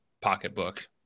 pocketbook